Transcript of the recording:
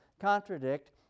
contradict